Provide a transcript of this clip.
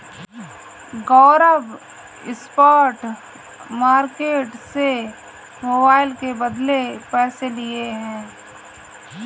गौरव spot market से mobile के बदले पैसे लिए हैं